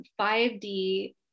5D